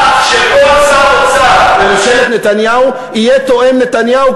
שכל שר אוצר בממשלת נתניהו יהיה תואם נתניהו,